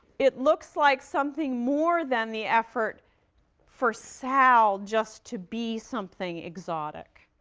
it looks like something more than the effort for sal just to be something exotic.